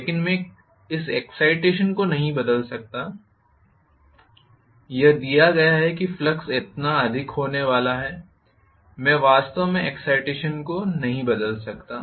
लेकिन मैं इस एक्साइटेशन को बदल नहीं सकता यह दिया गया है कि फ्लक्स इतना अधिक होने वाला है मैं वास्तव में एक्साइटेशन को बदल नहीं सकता